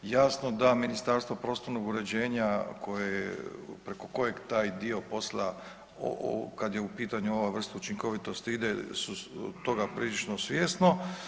Jasno da Ministarstvo prostornog uređenja preko kojeg taj dio posla kada je u pitanju ova vrsta učinkovitosti ide je toga prilično svjesno.